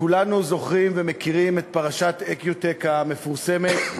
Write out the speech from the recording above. כולנו זוכרים ומכירים את פרשת "איקיוטק" המפורסמת,